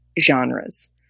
genres